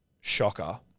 shocker